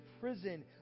prison